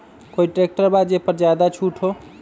कोइ ट्रैक्टर बा जे पर ज्यादा छूट हो?